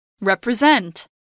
Represent